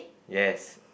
yes